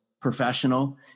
professional